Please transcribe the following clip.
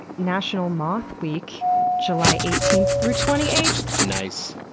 national moth week july eighteenth through twenty eighth! nice.